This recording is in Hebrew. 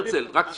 הרצל, רק שנייה.